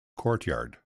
courtyard